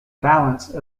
balance